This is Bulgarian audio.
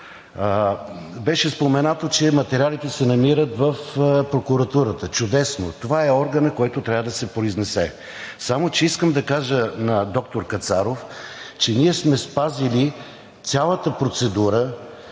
Беше споменато, че материалите се намират в прокуратурата. Чудесно, това е органът, който трябва да се произнесе. Само че искам да кажа на доктор Кацаров, че ние сме спазили цялата процедура